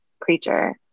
creature